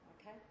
okay